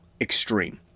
extreme